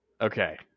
Okay